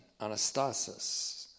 anastasis